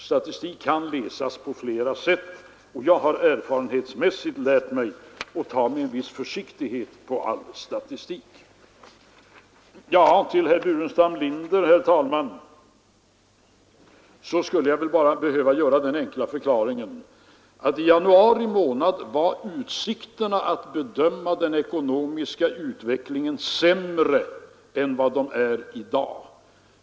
Statistik kan läsas på flera sätt, och jag har erfarenhetsmässigt lärt mig att ta med en viss försiktighet på all statistik. Till herr Burenstam Linder, herr talman, skulle jag väl bara behöva ge den enkla förklaringen att i januari månad var utsikterna att bedöma den ekonomiska utvecklingen sämre än vad de är i dag.